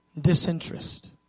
disinterest